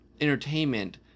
entertainment